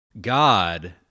God